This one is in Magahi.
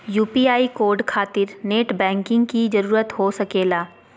यू.पी.आई कोड खातिर नेट बैंकिंग की जरूरत हो सके ला?